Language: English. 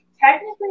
Technically